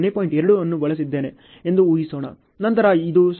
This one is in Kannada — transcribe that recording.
2 ಅನ್ನು ಬಳಸಿದ್ದೇನೆ ಎಂದು ಊಹಿಸೋಣ ನಂತರ ಇದು 0